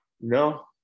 No